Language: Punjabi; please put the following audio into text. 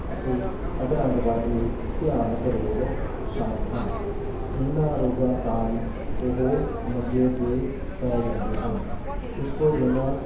ਅਤੇ ਅਧਰੰਗ ਵਰਗੇ ਭਿਆਨਕ ਰੋਗ ਸ਼ਾਮਿਲ ਹਨ ਇਹਨਾਂ ਰੋਗਾਂ ਕਾਰਨ ਉਹ ਮੰਜੇ 'ਤੇ ਪੈ ਜਾਂਦੇ ਹਨ ਇਸ ਤੋਂ ਬਿਨਾਂ